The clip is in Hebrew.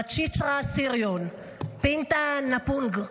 וואטצ'רה סריון, פינטה נטפונג,